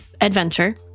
adventure